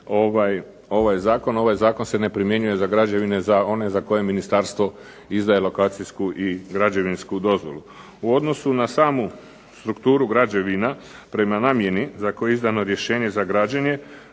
ovaj zakon. Ovaj zakon se ne primjenjuje za građevine za one za koje ministarstvo izdaje lokacijsku i građevinsku dozvolu. U odnosu na samu strukturu građevina prema namjeni za koju je izdano rješenje za građenje